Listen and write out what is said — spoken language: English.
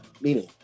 meaning